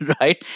right